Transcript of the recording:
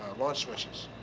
launch switches?